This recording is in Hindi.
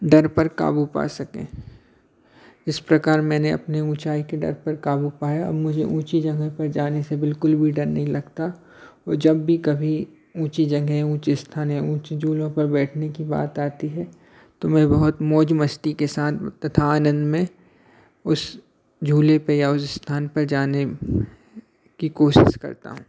डर पर काबू पा सकें इस प्रकार मैंने अपने ऊँचाई के डर पर काबू पाया अब मुझे ऊँची जगह पर जाने से बिल्कुल भी डर नहीं लगता वह जब भी कभी ऊँची जगह ऊँच स्थान या ऊँचे झूलों पर बैठने की बात आती है तो मैं बहुत मौज मस्ती के साथ तथा आनंद में उस झूले पर या उस स्थान पर जाने की कोशिश करता हूँ